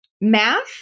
math